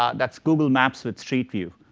ah that's google maps with street view.